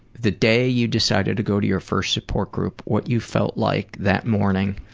the day you decided to go to your first support group, what you felt like that morning,